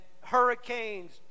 hurricanes